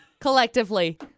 Collectively